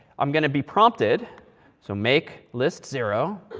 i'm going to be prompted so make list zero.